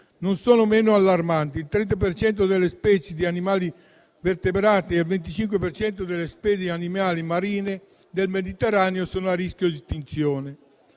non sono meno allarmanti: il 30 per cento delle specie di animali vertebrati e il 25 per cento delle specie animali marine del Mediterraneo sono a rischio di estinzione.